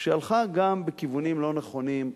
שהלכה גם בכיוונים לא נכונים,